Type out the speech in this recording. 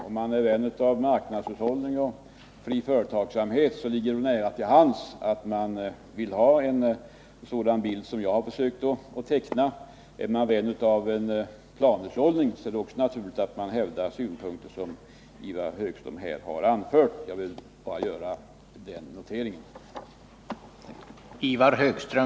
Om man är vän av marknadshushållning och fri företagsamhet ligger det nära till hands att man vill ha en sådan bild som jag har försökt teckna, och är man vän av en 171 planhushållning är det naturligt att man hävdar sådana synpunkter som Ivar Högström här har anfört. Jag ville bara göra den kommentaren.